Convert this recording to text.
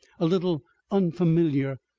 a little unfamiliar,